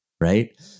Right